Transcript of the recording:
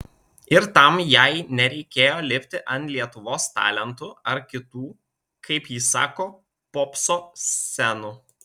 ir tam jai nereikėjo lipti ant lietuvos talentų ar kitų kaip ji sako popso scenų